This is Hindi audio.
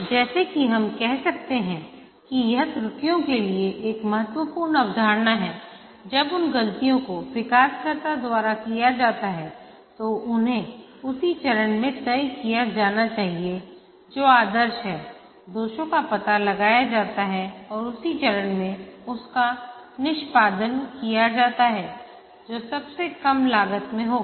जैसा कि हम कह रहे हैं कि यह त्रुटियों के लिए एक महत्वपूर्ण अवधारणा है जब उन गलतियों को विकासकर्ता द्वारा किया जाता है तो उन्हें उसी चरण में तय किया जाना चाहिए जो आदर्श है दोषों का पता लगाया जाता है और उसी चरण में उसका निष्पादन किया जाता है जो सबसे कम लागत में होगा